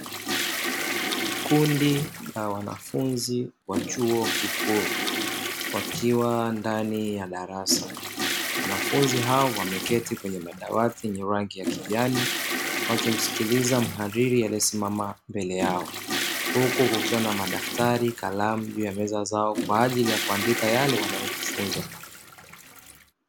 Kundi la wanafunzi wa chuo kikuu wakiwa ndani ya darasa, wanafunzi hao wameketi kwenye madawati yenye rangi ya kijani, wakimsikiza mhadhiri aliye simama mbele yao. Huku kukiwa na madaftari, kalamu juu ya meza zao kwa ajili ya kuandika yale wanayojifunza.